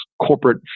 corporate